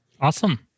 Awesome